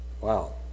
Wow